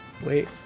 Wait